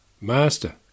Master